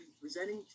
presenting